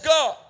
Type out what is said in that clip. God